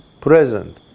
present